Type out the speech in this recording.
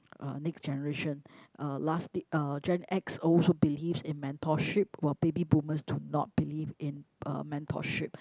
uh next generation uh lastly uh gen X also believes in mentorship while baby boomers do not believe in uh mentorship